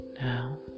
Now